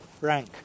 rank